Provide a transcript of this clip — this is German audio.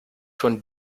von